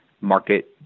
market